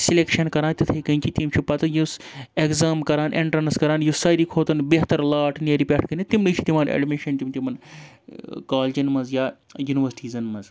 selection کَران تِتھٕے کٔنۍ کہِ تِم چھِ پَتہٕ یُس ایٚگزام کَران اینٹرنٕس کَران یُس ساروی کھۄتَن بہتر لاٹ نیرِ پٮ۪ٹھ کٕنِتھ تِمے چھِِ ایڈمِشَن تِم تِمَن کالجَن منٛز یا یونیورسٹیٖزَن منٛز